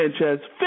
Sanchez